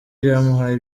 byamuhaye